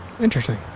Interesting